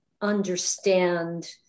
understand